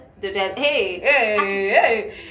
hey